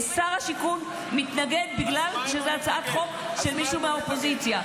שר השיכון מתנגד בגלל שזו הצעת חוק של מישהו מהאופוזיציה.